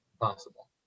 possible